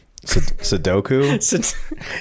Sudoku